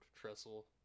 trestle